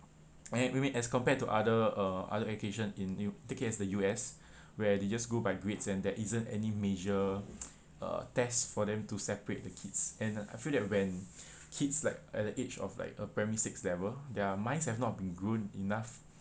whe~ when we as compared to other uh other education in u~ take it as the U_S where they just go by grades and there isn't any major uh test for them to separate the kids and I feel that when kids like at the age of like uh primary six level their minds have not been grown enough